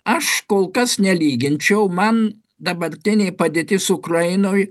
aš kol kas nelyginčiau man dabartinė padėtis ukrainoj